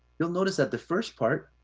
you'll notice that the first part,